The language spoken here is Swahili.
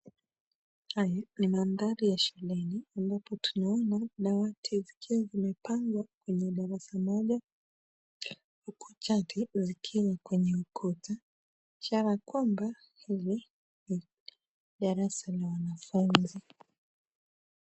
Haya ni mandhari ya shuleni ambapo tunaona dawati zikiwa zimepangwa kwenye darasa moja huku chati zikiwa kwenye ukuta ishara kwamba hili ni darasa la wanafunzi.